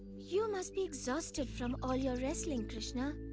you must be exhausted from all your wrestling, krishna.